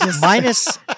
Minus